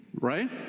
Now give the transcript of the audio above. right